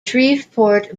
shreveport